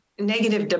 negative